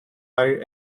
hire